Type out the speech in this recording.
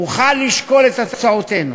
מוכן לשקול את הצעותינו.